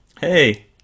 hey